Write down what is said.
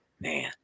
Man